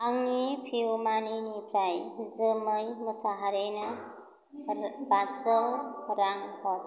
आंनि पिउमानिनिफ्राय जोमै मुसाहारीनो बाजौ रां हर